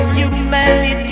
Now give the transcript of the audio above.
humanity